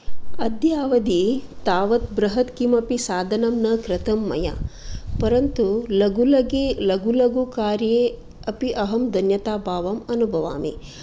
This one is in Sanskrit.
अद्य अवधि तावत् बृहत् किमपि सादनं न कृतम् मया परन्तु लघु लघु लघु लघु कार्ये अपि अहं धन्यताभावं अनुभवामि